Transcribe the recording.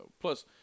Plus